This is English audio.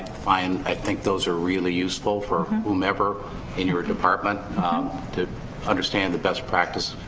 find, i think those are really useful for whomever in your department to understand the best practice,